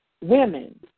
women